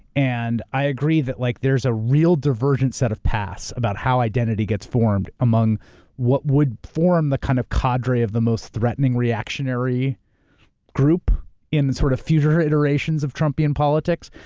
and i agree that like there's a real divergent set of paths about how identity gets formed among what would form the kind of cadre of the most threatening reactionary group in sort of future generations of trumpian politics.